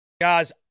guys